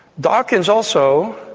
dawkins also.